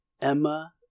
Emma